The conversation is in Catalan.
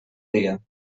dia